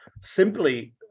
simply